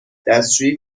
دستشویی